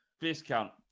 Discount